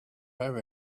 have